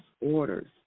orders